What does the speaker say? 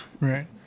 Right